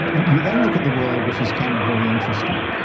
you then look at the world, which is kind of very interesting.